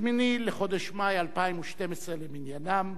8 לחודש מאי 2012 למניינם,